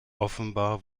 offenbar